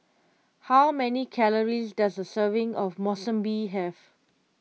how many calories does a serving of Monsunabe have